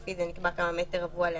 לפי זה נקבע כמה מטר רבוע לאדם.